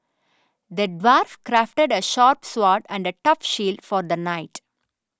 the dwarf crafted a sharp sword and a tough shield for the knight